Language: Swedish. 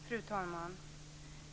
Fru talman!